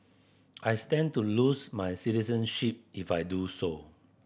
I stand to lose my citizenship if I do so